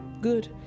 good